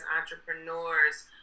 entrepreneurs